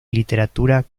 literatura